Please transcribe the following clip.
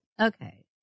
Okay